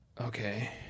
Okay